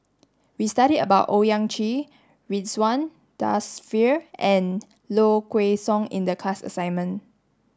we studied about Owyang Chi Ridzwan Dzafir and Low Kway Song in the class assignment